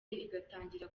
igatangira